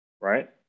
right